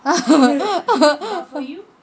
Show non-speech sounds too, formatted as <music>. <laughs>